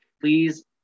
Please